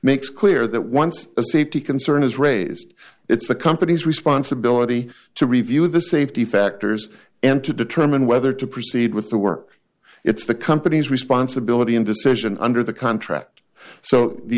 makes clear that once a safety concern is raised it's the company's responsibility to review the safety factors and to determine whether to proceed with the work it's the company's responsibility and decision under the contract so the